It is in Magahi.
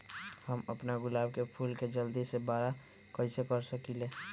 हम अपना गुलाब के फूल के जल्दी से बारा कईसे कर सकिंले?